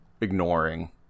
ignoring